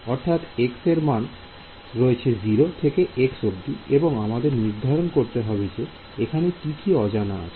অর্থাৎ এক্স এর মান রয়েছে 0 থেকে x অব্দি এবং আমাদের নির্ধারণ করতে হবে যে এখানে কি কি অজানা আছে